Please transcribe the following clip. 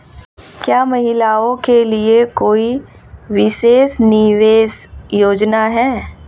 क्या महिलाओं के लिए कोई विशेष निवेश योजना है?